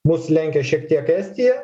mus lenkia šiek tiek estija